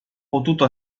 potuto